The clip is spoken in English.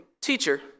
teacher